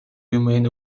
remain